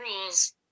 rules